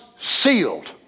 sealed